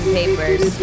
papers